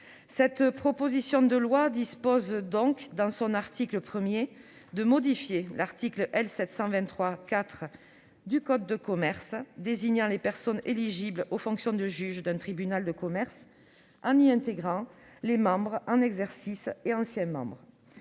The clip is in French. Cette proposition de loi vise donc, en son article 1, à modifier l'article L. 723-4 du code de commerce désignant les personnes éligibles aux fonctions de juge d'un tribunal de commerce, en y intégrant les membres en exercice et anciens membres.